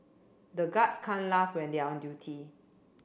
the guards can't laugh when they are on duty